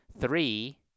Three